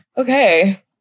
okay